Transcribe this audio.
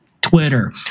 Twitter